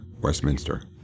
Westminster